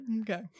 okay